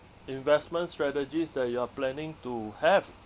investment strategies that you are planning to have